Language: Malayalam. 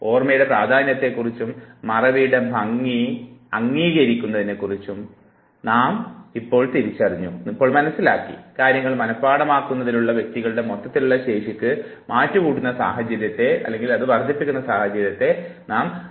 ഓർമ്മയുടെ പ്രാധാന്യവും മറവിയുടെ ഭംഗി അംഗീകരിക്കുന്നതും നാം ഇപ്പോൾ തിരിച്ചറിയുന്നു കാര്യങ്ങൾ മനഃപാഠമാക്കുന്നതിലുള്ള വ്യക്തികളുടെ മൊത്തത്തിലുള്ള ശേഷിയ്ക്ക് മാറ്റ് കൂട്ടുന്ന സാഹചര്യത്തെ നാമെല്ലാവരും എല്ലായ്പ്പോഴും ദൃശ്യവൽക്കരിക്കുന്നു